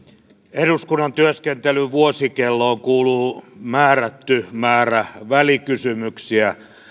eduskunnan työskentelyn vuosikelloon kuuluu määrätty määrä välikysymyksiä